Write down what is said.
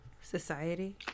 society